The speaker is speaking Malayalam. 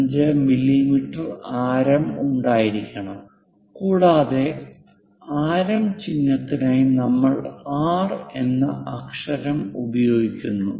25 മില്ലിമീറ്റർ ആരം ഉണ്ടായിരിക്കണം കൂടാതെ ആരം ചിഹ്നത്തിനായി നമ്മൾ R എന്ന അക്ഷരം ഉപയോഗിക്കുന്നു